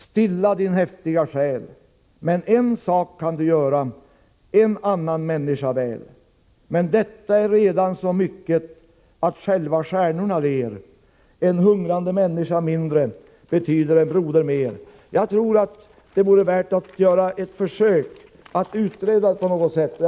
Stilla din häftiga själ. Endast en sak kan du göra: en annan människa väl. Men detta är redan så mycket att själva stjärnorna ler. En hungrande människa mindre betyder en broder mer. Jag tror att det vore värt att göra ett försök att på något sätt utreda denna fråga.